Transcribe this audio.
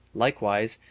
likewise,